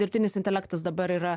dirbtinis intelektas dabar yra